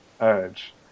urge